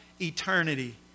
eternity